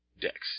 decks